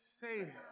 say